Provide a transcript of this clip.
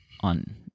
on